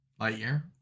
Lightyear